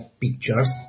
pictures